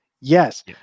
Yes